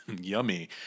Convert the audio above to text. yummy